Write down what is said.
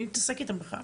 מי מתעסק איתם בכלל?